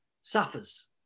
suffers